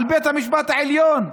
על בית המשפט העליון,